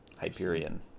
Hyperion